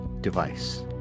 device